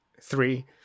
three